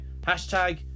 hashtag